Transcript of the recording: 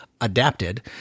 adapted